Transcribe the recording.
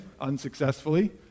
unsuccessfully